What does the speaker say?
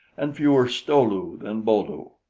and fewer sto-lu than bo-lu.